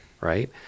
right